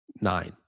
Nine